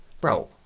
bro